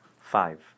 five